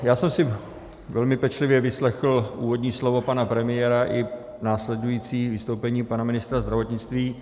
Já jsem si velmi pečlivě vyslechl úvodní slovo pana premiéra i následující vystoupení pana ministra zdravotnictví.